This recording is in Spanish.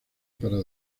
para